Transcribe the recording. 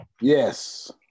Yes